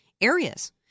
areas